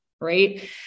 Right